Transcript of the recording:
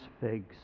figs